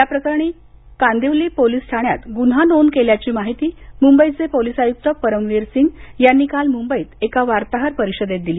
या प्रकरणी कांदिवली पोलीस ठाण्यात गुन्हा नोंद केल्याची माहिती मुंबईचे पोलीस आयुक्त परमवीर सिंग यांनी काल मुंबईत एका वार्ताहर परिषदेत दिली